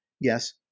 Yes